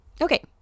Okay